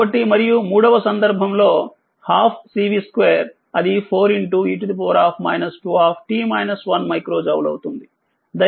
కాబట్టిమరియు మూడవ సందర్భంలో 12 Cv2 అది 4e 2 మైక్రో జౌల్ అవుతుంది